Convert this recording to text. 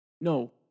No